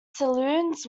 saloons